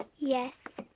ah yes.